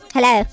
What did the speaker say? Hello